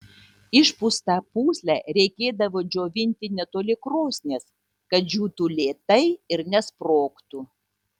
išpūstą pūslę reikėdavo džiovinti netoli krosnies kad džiūtų lėtai ir nesprogtų